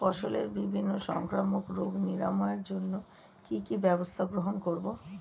ফসলের বিভিন্ন সংক্রামক রোগ নিরাময়ের জন্য কি কি ব্যবস্থা গ্রহণ করব?